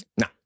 No